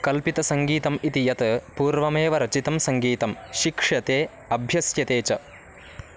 कल्पितसङ्गीतम् इति यत् पूर्वमेव रचितं सङ्गीतं शिक्ष्यते अभ्यस्यते च